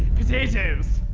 potatoes,